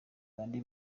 bande